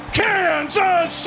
kansas